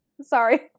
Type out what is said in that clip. Sorry